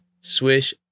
Swish